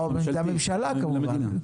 לממשלה כמובן.